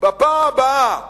בפעם הבאה